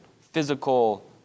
physical